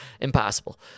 impossible